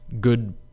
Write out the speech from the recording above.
good